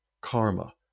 karma